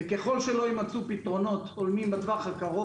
וככל שלא יימצאו פתרונות הולמים בטווח הקרוב